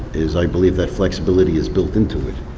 is i believe that flexibility is built into it.